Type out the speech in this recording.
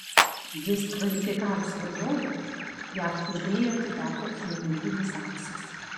diskvalifikavus varžovą jav čiuožėjui atiteko olimpinis auksas